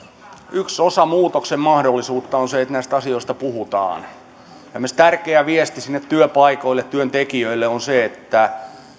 yksi osa muutoksen mahdollisuutta on se että näistä asioista puhutaan esimerkiksi tärkeä viesti sinne työpaikoille työntekijöille on se että